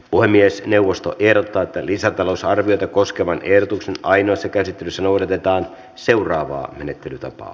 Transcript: puhemiesneuvosto ehdottaa että lisätalousarviota koskevan ehdotuksen ainoassa käsittelyssä noudatetaan seuraavaa menettelytapaa